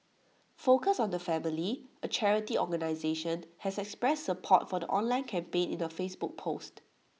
focus on the family A charity organisation has expressed support for the online campaign in A Facebook post